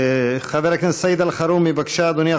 חבר הכנסת סעיד אלחרומי, בבקשה, אדוני.